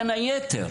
בין היתר,